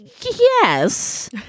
yes